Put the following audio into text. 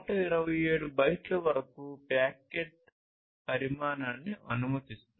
4 127 బైట్ల వరకు ప్యాకెట్ పరిమాణాన్ని అనుమతిస్తుంది